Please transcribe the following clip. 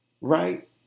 right